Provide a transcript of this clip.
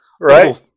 Right